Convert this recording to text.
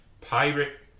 pirate